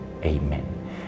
Amen